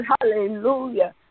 hallelujah